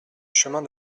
chemin